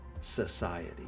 society